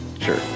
sure